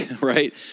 right